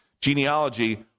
genealogy